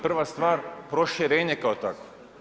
Prva stvar, proširenje kao takvo.